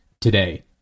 today